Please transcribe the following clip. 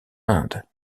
inde